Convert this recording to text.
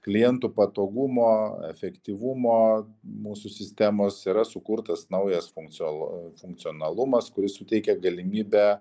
klientų patogumo efektyvumo mūsų sistemos yra sukurtas naujas funkciol funkcionalumas kuris suteikia galimybę